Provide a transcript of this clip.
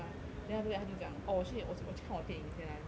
then after that 他就讲 orh 我去我去我去看我电影先 ah 你们 just